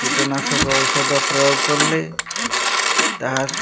କୀଟନାଶକ ଔଷଧ ପ୍ରୟୋଗ କଲେ ତାହା